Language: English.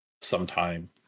sometime